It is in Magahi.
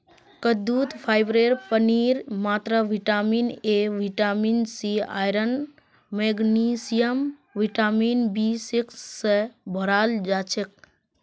कद्दूत फाइबर पानीर मात्रा vitamin A vitamin C iron magnesium vitamin B six स भोराल हछेक